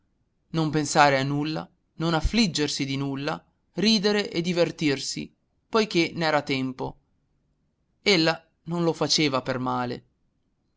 non pensare a nulla non affliggersi di nulla ridere e divertirsi poiché n'era tempo ella non lo faceva per male